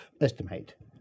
estimate